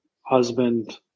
husband